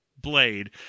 blade